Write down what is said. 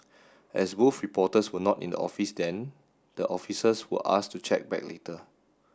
as both reporters were not in the office then the officers were asked to check back later